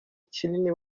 kinini